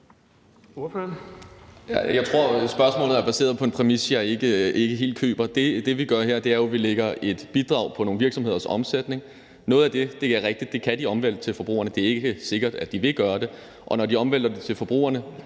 Jeg tror, at spørgsmålet er baseret på en præmis, jeg ikke helt køber. Det, vi gør her, er jo, at vi lægger et bidrag på nogle virksomheders omsætning. Det er rigtigt, at noget af det kan de overvælte på forbrugerne – det er ikke sikkert, at de vil gøre det – og når de overvælter det på forbrugerne,